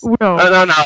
No